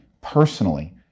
personally